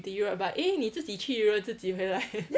to europe but eh 你自己去自己回来